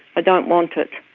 i don't want it.